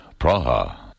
Praha